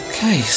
Okay